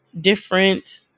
different